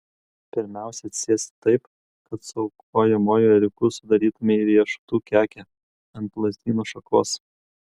pirmiausia atsisėsti taip kad su aukojamuoju ėriuku sudarytumei riešutų kekę ant lazdyno šakos